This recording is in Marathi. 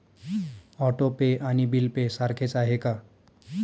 ऑटो पे आणि बिल पे सारखेच आहे का?